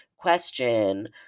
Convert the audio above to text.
Question